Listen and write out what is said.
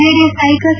JDS ನಾಯಕ C